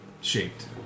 shaped